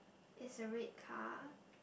is a red car